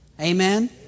Amen